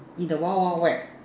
in the wild wild wet